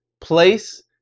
place